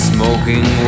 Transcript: Smoking